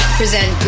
present